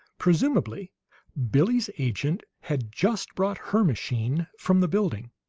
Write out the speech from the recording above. presumably billie's agent had just brought her machine from the building,